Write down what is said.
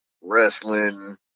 wrestling